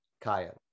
Kaya